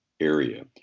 area